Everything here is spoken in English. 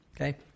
okay